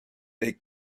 est